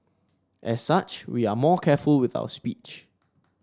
as such we are more careful with our speech